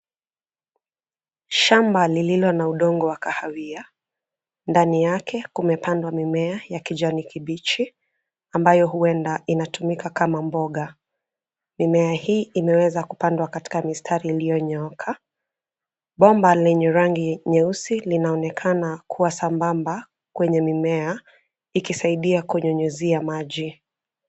Shamba lililo na udongo wa kahawia. Ndani yake kumepandwa mimea ya kijani kibichi ambayo huenda inatumika kama mboga. Mimea hii imeweza kupandwa katika mistari iliyonyooka. Bomba lenye rangi nyeusi linaoonekana kwa sambamba kwenye mimea ikisaidia kunyunyizia maji.